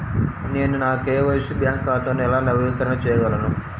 నేను నా KYC bank ఖాతాను ఎలా నవీకరణ చేయగలను?